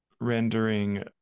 rendering